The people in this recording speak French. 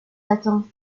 attend